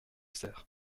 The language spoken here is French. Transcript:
serre